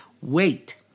Wait